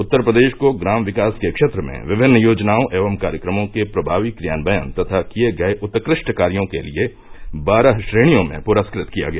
उत्तर प्रदेश को ग्राम विकास के क्षेत्र में विभिन्न योजनाओं एवं कार्यक्रमों के प्रभावी क्रियान्वय तथा किये गये उत्कष्ट कार्यो के लिए बारह श्रेणियों में पुरस्कत किया गया